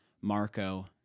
Marco